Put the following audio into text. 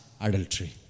adultery